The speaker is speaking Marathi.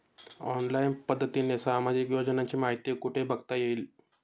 ऑनलाईन पद्धतीने सामाजिक योजनांची माहिती कुठे बघता येईल?